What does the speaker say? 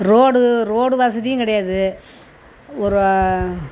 road road வசதியும் கிடையாது ஒரு